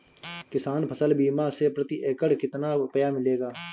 किसान फसल बीमा से प्रति एकड़ कितना रुपया मिलेगा?